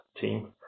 team